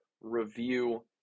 review